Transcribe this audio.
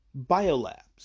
Biolabs